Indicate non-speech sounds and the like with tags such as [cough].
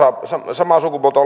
samaa sukupuolta [unintelligible]